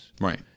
Right